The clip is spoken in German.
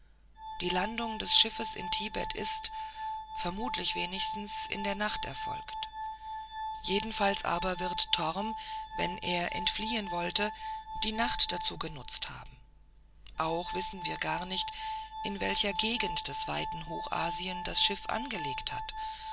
die landung des schiffes in tibet ist vermutlich wenigstens in der nacht erfolgt jedenfalls aber wird torm wenn er entfliehen wollte die nacht dazu benutzt haben auch wissen wir gar nicht in welcher gegend des weiten hochasien das schiff angelegt hat